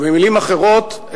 במלים אחרות,